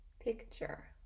picture